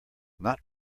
not